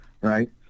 right